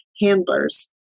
handlers